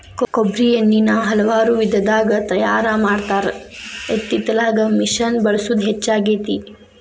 ಕೊಬ್ಬ್ರಿ ಎಣ್ಣಿನಾ ಹಲವಾರು ವಿಧದಾಗ ತಯಾರಾ ಮಾಡತಾರ ಇತ್ತಿತ್ತಲಾಗ ಮಿಷಿನ್ ಬಳಸುದ ಹೆಚ್ಚಾಗೆತಿ